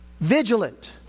vigilant